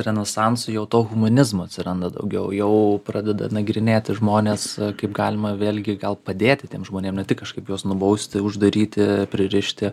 renesanso jau to humanizmo atsiranda daugiau jau pradeda nagrinėti žmones kaip galima vėlgi gal padėti tiem žmonėm ne tik kažkaip juos nubausti uždaryti pririšti